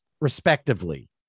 respectively